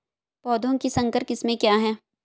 पौधों की संकर किस्में क्या हैं?